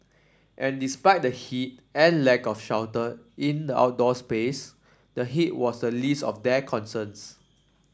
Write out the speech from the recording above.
and despite the heat and lack of shelter in the outdoor space the heat was the least of their concerns